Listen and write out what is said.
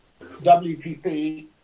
WPP